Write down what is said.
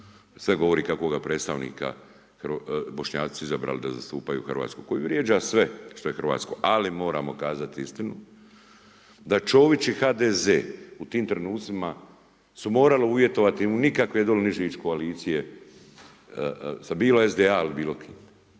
sve govori kakvoga su Bošnjaci izabrali da zastupa hrvatsku, koji vrijeđa sve što je hrvatsko. Ali moramo kazati istinu, da Čović i HDZ u tim trenutcima su morali uvjetovati … nikakve dole koalicije, sa bilo SDA ili bilo kim.